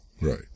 Right